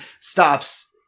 stops